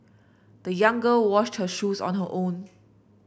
the young girl washed her shoes on her own